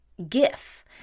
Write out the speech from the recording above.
GIF